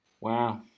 Wow